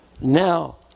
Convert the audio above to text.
Now